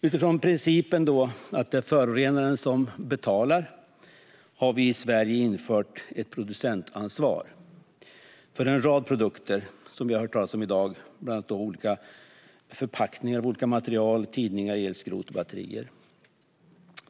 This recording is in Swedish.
Utifrån principen att det är förorenaren som betalar har vi i Sverige infört ett producentansvar för en rad produkter, bland annat förpackningar av olika material, tidningar, elskrot och batterier.